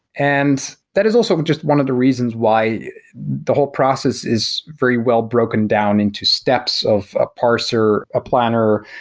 and that is also just one of the reasons why the whole process is very well broken down into steps of a parser, a planner,